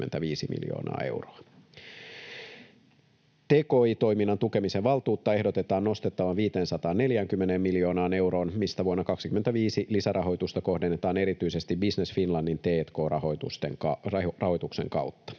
Tki-toiminnan tukemisen valtuutta ehdotetaan nostettavan 540 miljoonaan euroon, mistä vuonna 2025 lisärahoitusta kohdennetaan erityisesti Business Finlandin t&k-rahoituksen kautta.